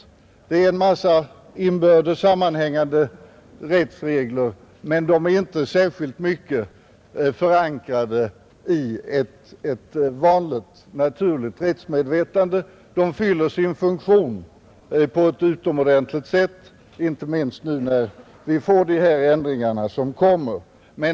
Det är en mängd inbördes sammanhängande rättsregler, men de är inte särskilt mycket Nr 78 förankrade i ett vanligt naturligt rättsmedvetande, De fyller sin funktion Torsdagen den på ett bra sätt, inte minst nu när vi får de här föreslagna ändringarna.